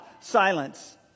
Silence